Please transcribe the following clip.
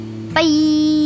Bye